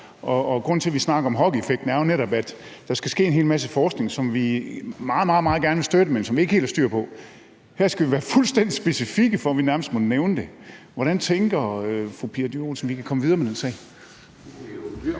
grunden til, at vi snakker om hockeystavseffekten, er jo netop, at der skal ske en hel masse forskning, som vi meget, meget gerne vil støtte, men som vi ikke helt har styr på. Her skal vi være fuldstændig specifikke, før vi nærmest må nævne det. Hvordan tænker fru Pia Olsen Dyhr at vi kan komme videre med den sag?